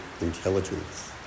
intelligence